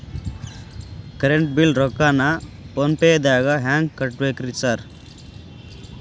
Current bill ರೊಕ್ಕಾನ phone ಪೇದಾಗ ಹೆಂಗ್ ಕಟ್ಟಬೇಕ್ರಿ ಸರ್?